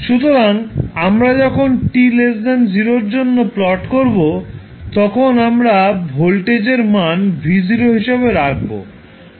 সুতরাং আমরা যখন t0 এর জন্য প্লট করব তখন আমরা ভোল্টেজের মান V0 হিসাবে রাখব